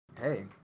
hey